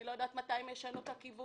אני לא יודעת מתי הם ישנו את הכיוון,